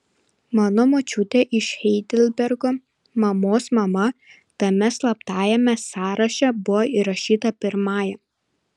mano močiutė iš heidelbergo mamos mama tame slaptajame sąraše buvo įrašyta pirmąja